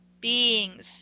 beings